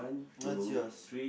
not yours